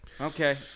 Okay